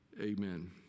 Amen